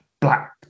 black